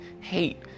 hate